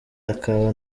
akaba